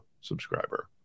subscriber